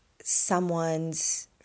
someone's